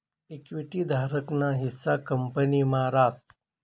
equity धारक ना हिस्सा कंपनी मा रास